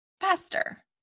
faster